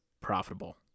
profitable